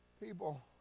People